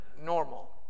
normal